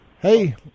Hey